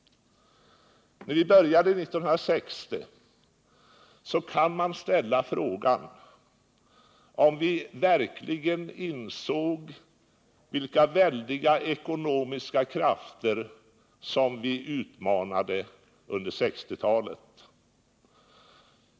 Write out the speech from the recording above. Man kan ställa frågan om vi, när vi började 1960, verkligen insåg vilka väldiga ekonomiska krafter som vi utmanade under 1960-talet.